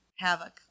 havoc